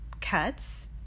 cuts